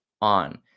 on